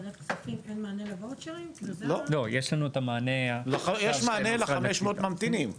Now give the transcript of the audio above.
יש מענה ל-500 ממתינים.